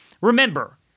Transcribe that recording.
remember